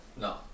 No